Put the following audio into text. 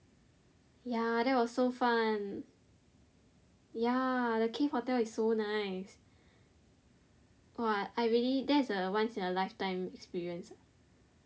ya that was so fun ya the cave hotel is so nice !wah! I really that is a once in a life time experience